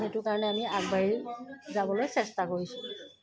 সেইটো কাৰণে আমি আগবাঢ়ি যাবলৈ চেষ্টা কৰিছোঁ